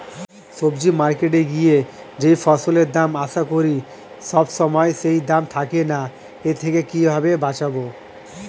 সবজি মার্কেটে গিয়ে যেই ফসলের দাম আশা করি সবসময় সেই দাম থাকে না এর থেকে কিভাবে বাঁচাবো?